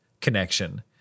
connection